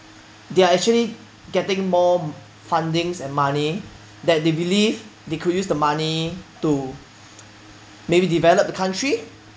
they are actually getting more fundings and money that they believe they could use the money to maybe develop the country